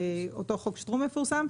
אותו חוק שטרום המפורסם,